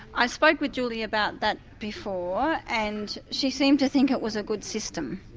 i spoke with julie about that before, and she seemed to think it was a good system.